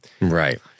Right